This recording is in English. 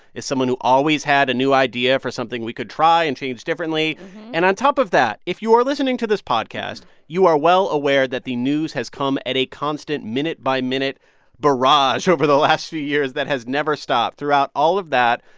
is someone who always had a new idea for something we could try and change differently and on top of that, if you are listening to this podcast, you are well aware that the news has come at a constant minute-by-minute barrage over the last few years that has never stopped. throughout all of that,